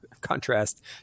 contrast